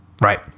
Right